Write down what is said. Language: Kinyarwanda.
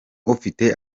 ufite